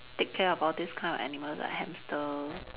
take care of all these kind of animals like hamster